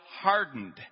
hardened